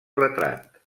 retrat